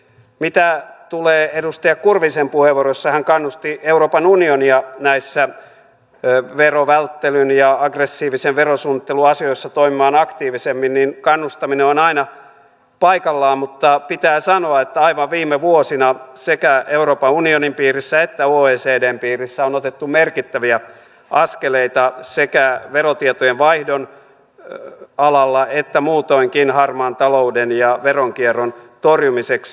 mitä tulee edustaja kurvisen puheenvuoroon jossa hän kannusti euroopan unionia näissä verovälttelyn ja aggressiivisen verosuunnittelun asioissa toimimaan aktiivisemmin niin kannustaminen on aina paikallaan mutta pitää sanoa että aivan viime vuosina sekä euroopan unionin piirissä että oecdn piirissä on otettu merkittäviä askeleita sekä verotietojen vaihdon alalla että muutoinkin harmaan talouden ja veronkierron torjumiseksi